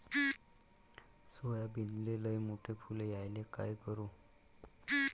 सोयाबीनले लयमोठे फुल यायले काय करू?